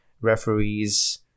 referees